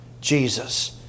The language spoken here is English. Jesus